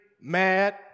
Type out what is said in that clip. mad